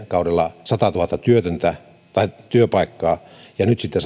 kaudella menetettiin satatuhatta työpaikkaa ja nyt sitten